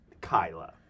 Kyla